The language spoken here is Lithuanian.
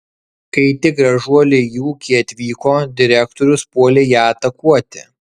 kai tik gražuolė į ūkį atvyko direktorius puolė ją atakuoti